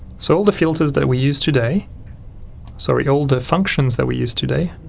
so all the filters that we use today sorry, all the functions that we use today,